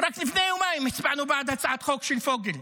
רק לפני יומיים הצבענו בעד הצעת חוק של פוגל,